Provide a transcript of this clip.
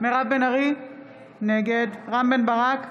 מירב בן ארי, נגד רם בן ברק,